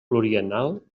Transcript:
pluriennal